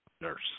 nurse